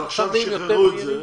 חכמים יותר --- אבל עכשיו שחררו את זה